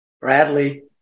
Bradley